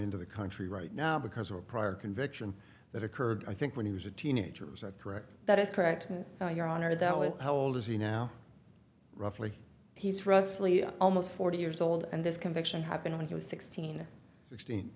into the country right now because of a prior conviction that occurred i think when he was a teenager is that correct that is correct your honor that with how old is he now roughly he's roughly almost forty years old and this conviction happened when he was sixteen or sixteen